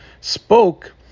spoke